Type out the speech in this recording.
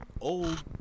old